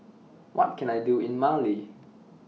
What Can I Do in Mali